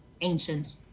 ancient